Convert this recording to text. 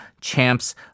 champs